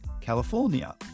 California